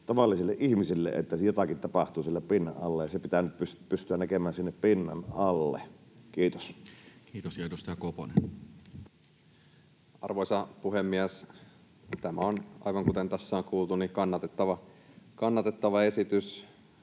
että jotakin tapahtuu siellä pinnan alla. Nyt pitää pystyä näkemään sinne pinnan alle. — Kiitos. Kiitos. — Ja edustaja Koponen. Arvoisa puhemies! Tämä on, aivan kuten tässä on kuultu, kannatettava esitys.